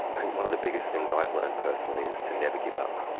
i think one of the biggest things i've learned personally is to never give up.